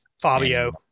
Fabio